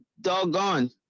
doggone